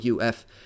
UF